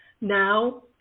Now